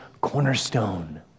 cornerstone